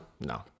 no